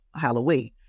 Halloween